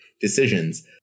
decisions